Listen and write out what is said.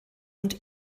und